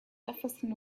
jefferson